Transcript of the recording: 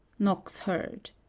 knocks heard.